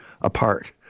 apart